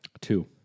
Two